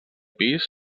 pis